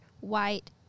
white